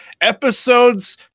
episodes